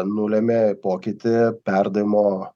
nulėmė pokytį perdavimo